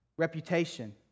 Reputation